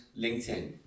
LinkedIn